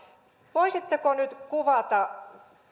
voisitteko nyt kuvata